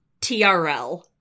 TRL